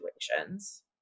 situations